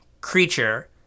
creature